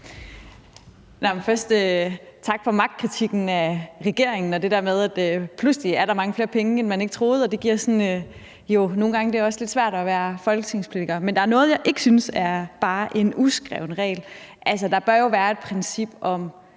tak for magtkritikken af regeringen og det der med, at der pludselig er mange flere penge, end man troede. Det gør jo, at det sådan nogle gange også er lidt svært at være folketingspolitiker. Men der er noget, jeg ikke synes bare er en uskreven regel. Altså, der bør jo være et princip om,